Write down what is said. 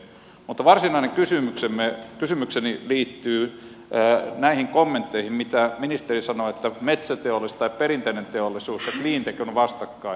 mutta varsinainen kysymykseni liittyy näihin kommentteihin mitä ministeri sanoi että metsäteollisuus tai perinteinen teollisuus ja cleantech ovat vastakkain